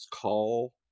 call